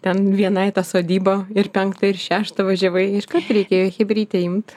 ten viena į tą sodybą ir penktą ir šeštą važiavai iškart reikėjo chebrytę imt